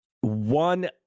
one